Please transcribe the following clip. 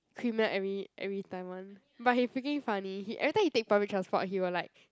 Creamier every every time [one] but he freaking funny he every time he take public transport he will like